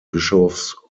bischofs